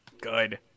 Good